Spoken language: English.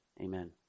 Amen